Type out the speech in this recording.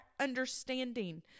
understanding